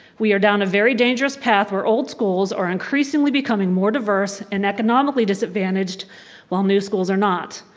we are down a very dangerous path where old schools are increasingly becoming more diverse and economically disadvantaged while new schools are not.